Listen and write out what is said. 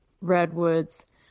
redwoods